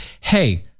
hey